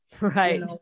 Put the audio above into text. Right